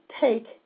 take